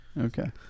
okay